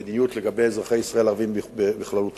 מדיניות לגבי אזרחי ישראל הערבים בכללותם,